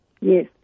Yes